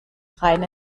rhein